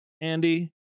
Andy